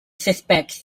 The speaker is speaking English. suspects